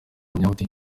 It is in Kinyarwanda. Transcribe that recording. umuyahudi